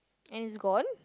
and it's gone